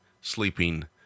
sleeping